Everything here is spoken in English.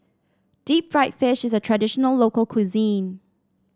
Deep Fried Fish is a traditional local cuisine